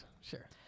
Sure